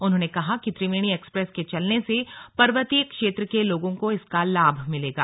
उन्होंने कहा कि त्रिवेणी एक्सप्रेस के चलने से पर्वतीय क्षेत्र के लोगों को इसका लाभ मिलेगा